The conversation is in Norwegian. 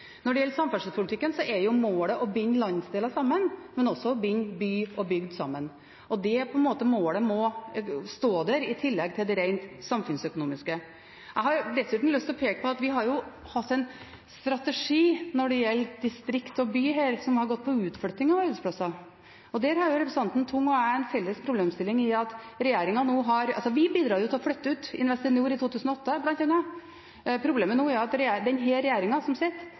Når det gjelder samferdselspolitikken, er målet å binde landsdeler sammen, men også å binde by og bygd sammen. Det målet må stå der, i tillegg til det rent samfunnsøkonomiske. Jeg har dessuten lyst til å peke på at vi har hatt en strategi når det gjelder distrikter og byer, som har handlet om utflytting av arbeidsplasser. Der har representanten Tung og jeg en felles problemstilling. Vi bidro til å flytte ut Investinor i 2008, bl.a. Problemet er at den regjeringen som nå sitter,